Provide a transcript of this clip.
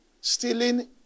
Stealing